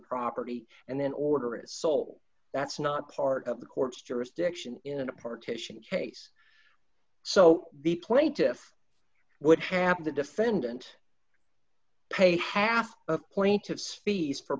property and then order it sole that's not part of the court's jurisdiction in a partition case so the plaintiffs would have the defendant pay half of plaintiffs speeds for